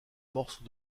morceau